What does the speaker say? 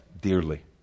dearly